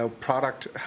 product